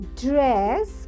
dress